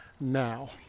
now